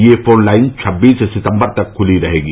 यह फोनलाइन छब्बीस सितम्बर तक खुली रहेंगी